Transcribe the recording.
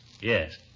Yes